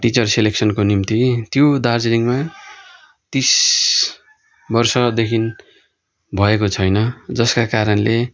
teacher सेलेक्सनको निम्ति त्यो दार्जिलिङमा तिस वर्षदेखि भएको छैन जसका कारणले